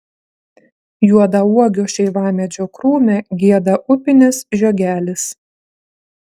juodauogio šeivamedžio krūme gieda upinis žiogelis